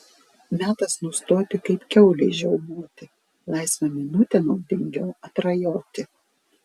metas nustoti kaip kiaulei žiaumoti laisvą minutę naudingiau atrajoti